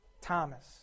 Thomas